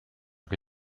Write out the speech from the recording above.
che